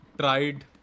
tried